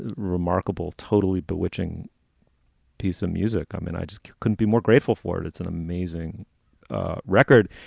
remarkable, totally bewitching piece of music. i mean, i just couldn't be more grateful for it. it's an amazing record.